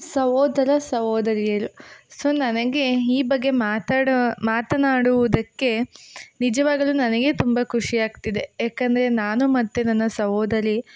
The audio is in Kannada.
ಸಹೋದರ ಸಹೋದರಿಯರು ಸೊ ನನಗೆ ಹೀ ಬಗ್ಗೆ ಮಾತಾಡೋ ಮಾತನಾಡುವುದಕ್ಕೆ ನಿಜವಾಗಲೂ ನನಗೆ ತುಂಬ ಖುಷಿಯಾಗ್ತಿದೆ ಏಕಂದ್ರೆ ನಾನು ಮತ್ತು ನನ್ನ ಸಹೋದರಿ